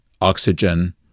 oxygen